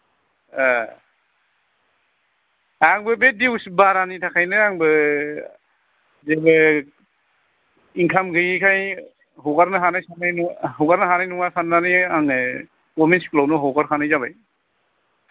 ए आंबो बे दिउस बारानि थाखायनो आंबो जेबो इनकाम गैयैखाय हगारनो हानाय नङा साननानै आङो गभमेन्त स्कुलाव नो हगार खानाय जाबाय